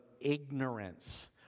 ignorance